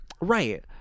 Right